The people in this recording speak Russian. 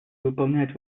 выполнять